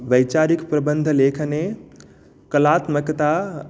वैचारिक् प्रबन्धलेखने कलात्मकता